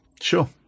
Sure